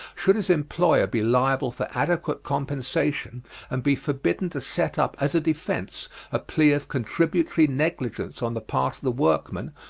should his employer be liable for adequate compensation and be forbidden to set up as a defence a plea of contributory negligence on the part of the workman,